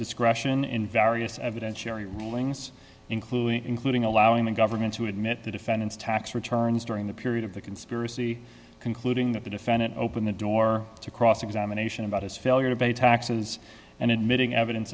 discretion in various evidentiary rulings including including allowing the government to admit the defendant's tax returns during the period of the conspiracy concluding that the defendant open the door to cross examination about his failure to pay taxes and admitting evidence